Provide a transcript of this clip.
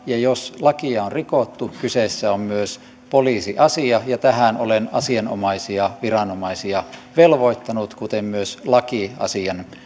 ja jos lakia on rikottu kyseessä on myös poliisiasia tähän olen asianomaisia viranomaisia velvoittanut kuten myös laki asiaa